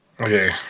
Okay